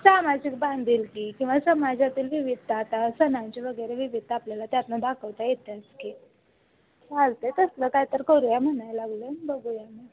सामाजिक बांधिलकी किंवा समाजातील विविधता आता सणांची वगैरे विविधता आपल्याला त्यातनं दाखवता येते की चालते तसलं काय तर करुया म्हणायला लागले बघूया